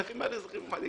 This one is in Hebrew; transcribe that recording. והנכים הם אזרחים נורמליים.